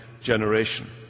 generation